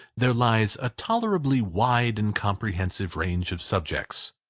there lies a tolerably wide and comprehensive range of subjects.